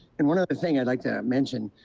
and one other thing i'd like to mention,